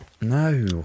No